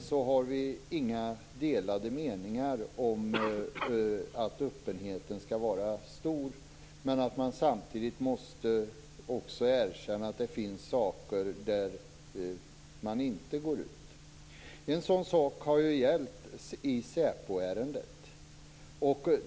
Vi har inga delade meningar om att öppenheten skall vara stor, men samtidigt måste man också erkänna att det finns tillfällen när man inte går ut och pratar. Det förhållandet har ju gällt i säpoärendet.